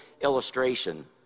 illustration